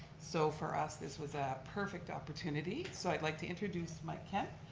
so for us this was perfect opportunity. so i'd like to introduce mike kemp.